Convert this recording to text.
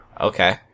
Okay